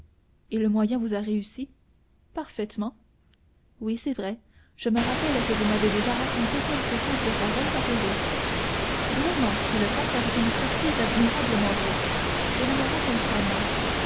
et le moyen vous a réussi parfaitement oui c'est vrai je me rappelle que vous m'avez déjà raconté quelque chose de pareil à pérouse vraiment fit le comte avec une surprise admirablement jouée je ne me rappelle pas moi